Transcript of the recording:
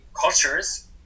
cultures